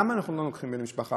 למה אנחנו לא לוקחים בן משפחה?